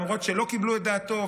למרות שלא קיבלו את דעתו.